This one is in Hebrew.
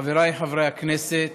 חבריי חברי הכנסת,